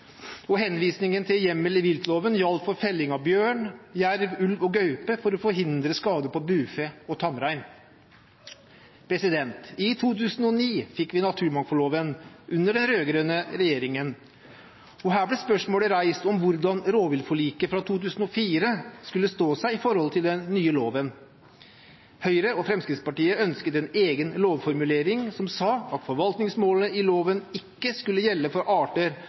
rovdyrene. Henvisningen til hjemmel i viltloven gjaldt for felling av bjørn, jerv, ulv og gaupe for å forhindre skade på bufe og tamrein. I 2009 fikk vi naturmangfoldloven under den rød-grønne regjeringen, og her ble spørsmålet reist om hvordan rovviltforliket fra 2004 skulle stå seg i forhold til den nye loven. Høyre og Fremskrittspartiet ønsket en egen lovformulering som sa at forvaltningsmålet i loven ikke skulle gjelde for arter